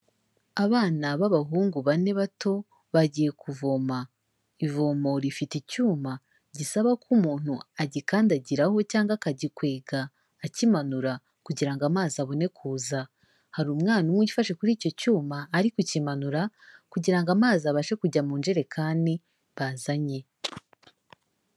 Abana b'abahungu bane bato bagiye kuvoma, ivomo rifite icyuma gisaba ko umuntu agikandagiraho cyangwa akagikwega akimanura kugira ngo amazi abone kuza. Hari umwana umwe ufashe kuri icyo cyuma ari kukimanura kugira ngo amazi abashe kujya mu njerekani bazanye.